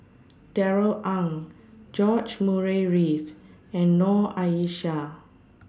Darrell Ang George Murray Reith and Noor Aishah